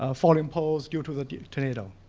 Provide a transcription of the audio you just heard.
ah fallen poles due to the tornado.